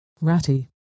Ratty